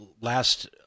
last